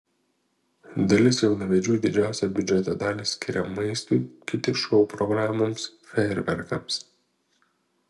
dalis jaunavedžių didžiausią biudžeto dalį skiria maistui kiti šou programoms fejerverkams